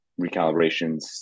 recalibrations